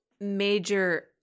major